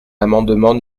l’amendement